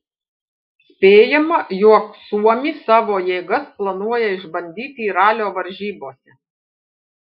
spėjama jog suomis savo jėgas planuoja išbandyti ralio varžybose